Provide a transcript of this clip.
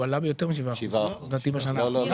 הוא עלה ביותר מ-7%, לדעתי, בשנה האחרונה.